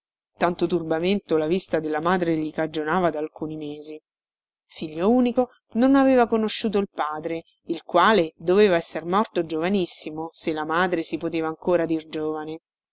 tanto turbamento la vista della madre gli cagionava da alcuni mesi figlio unico non aveva conosciuto il padre il quale doveva esser morto giovanissimo se la madre si poteva ancora dir giovane